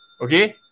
okay